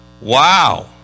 wow